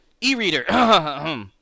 E-reader